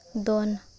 ᱫᱚᱱ